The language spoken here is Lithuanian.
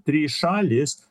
trys šalys